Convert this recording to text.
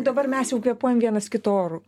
dabar mes jau kvėpuojam vienas kito oru